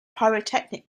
pyrotechnic